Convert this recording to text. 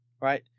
right